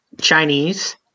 Chinese